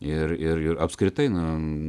ir ir apskritai na